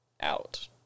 out